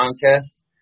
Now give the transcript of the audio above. contest